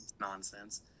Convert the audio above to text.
nonsense